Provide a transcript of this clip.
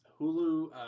Hulu